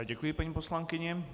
Děkuji paní poslankyni.